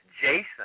Jason